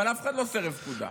אבל אף אחד לא סירב פקודה.